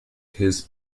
his